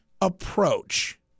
approach